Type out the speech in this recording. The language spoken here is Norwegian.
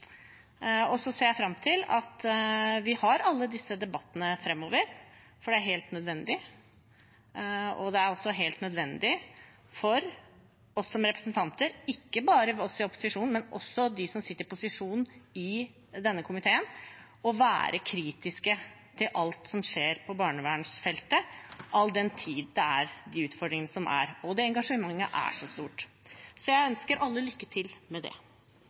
Så ser jeg fram til at vi har alle disse debattene framover, for det er helt nødvendig. Det er også helt nødvendig for oss som representanter – ikke bare oss i opposisjonen, men også de som er i posisjonen i denne komiteen – å være kritiske til alt som skjer på barnevernsfeltet, all den tid det er de utfordringene som er, og engasjementet er så stort. Jeg ønsker alle lykke til med det.